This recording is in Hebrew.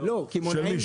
של מי?